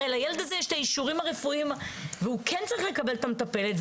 הרי לילד הזה יש האישורים הרפואיים והוא כן צריך לקבל את המטפלת.